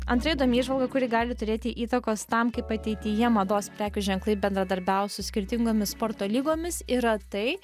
antra įdomi įžvalga kuri gali turėti įtakos tam kaip ateityje mados prekių ženklai bendradarbiaus su skirtingomis sporto lygomis yra tai